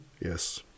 Yes